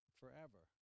forever